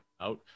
out